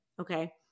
Okay